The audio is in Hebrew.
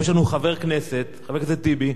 היום יש לנו חבר כנסת, חבר הכנסת טיבי,